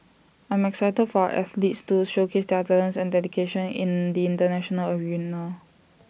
I'm excited for our athletes to showcase their talents and dedication in in the International arena